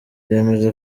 yemeza